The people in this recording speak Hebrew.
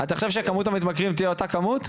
אתה חושב שכמות המתמכרים תהיה אותה כמות?